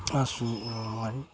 आसु माइ